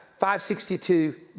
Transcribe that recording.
562